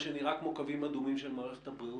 שנראה כמו קווים אדומים של מערכת הבריאות,